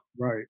Right